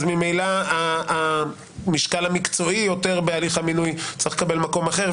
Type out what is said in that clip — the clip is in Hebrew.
אז ממילא המשקל המקצועי בהליך המינוי צריך לקבל מקום אחר.